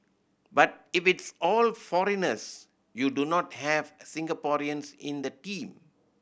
but if it's all foreigners you do not have Singaporeans in the team